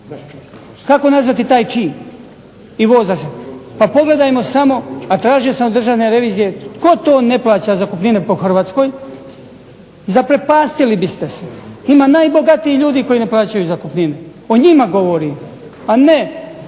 Kako nazvati taj čin, i voza se. Pa pogledajmo samo, a tražio sam od Državne revizije, tko to ne plaća zakupnine po Hrvatskoj, zaprepastili biste se. Ima najbogatijih ljudi koji ne plaćaju zakupninu. O njima govorim, a ne